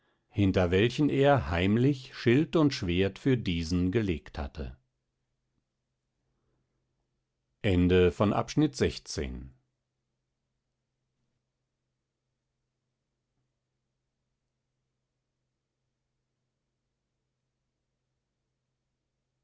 hinter welchen er heimlich schild und schwert für diesen gelegt hatte